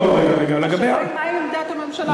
השאלה היא, מה עמדת הממשלה?